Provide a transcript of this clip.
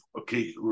Okay